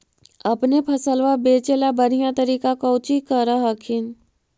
अपने फसलबा बचे ला बढ़िया तरीका कौची कर हखिन?